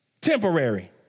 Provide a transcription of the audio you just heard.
temporary